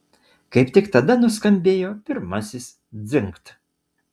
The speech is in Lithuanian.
kaip tik tada nuskambėjo pirmasis dzingt